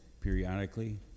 periodically